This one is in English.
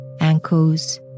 ankles